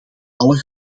alle